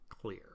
clear